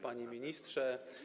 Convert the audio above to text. Panie Ministrze!